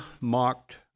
mocked